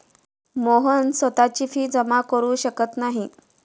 मोहन स्वतःची फी जमा करु शकत नाही